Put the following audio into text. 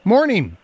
Morning